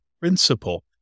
principle